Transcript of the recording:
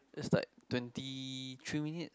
it's like twenty three minutes